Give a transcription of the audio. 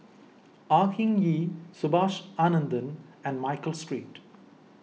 Au Hing Yee Subhas Anandan and Michael Street